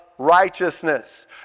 righteousness